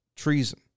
treason